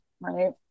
right